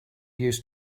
used